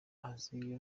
azi